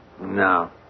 No